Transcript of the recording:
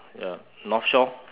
ya north shore